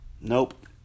Nope